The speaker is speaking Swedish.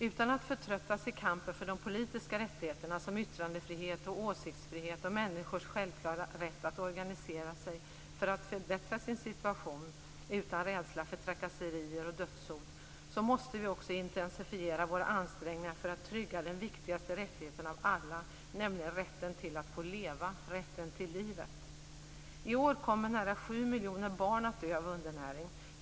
Utan att förtröttas i kampen för de politiska rättigheterna, som yttrandefrihet och åsiktsfrihet och människors självklara rätt att organisera sig för att förbättra sin situation utan rädsla för trakasserier och dödshot, måste vi också intensifiera våra ansträngningar för att trygga den viktigaste rättigheten av alla, nämligen rätten till att få leva - rätten till livet. I år kommer nära sju miljoner barn att dö av undernäring.